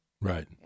Right